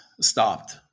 stopped